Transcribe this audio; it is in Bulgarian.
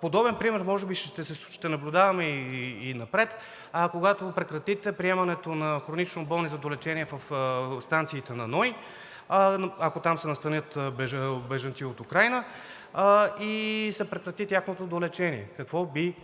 Подобен пример може би ще наблюдаваме и занапред, когато прекратите приемането на хронично болни за долечение в станциите на НОИ, ако там се настанят бежанци от Украйна и се прекрати тяхното долечение. Какво би